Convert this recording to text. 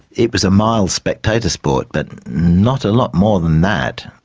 it was a mild spectator sport, but not a lot more than that.